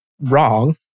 wrong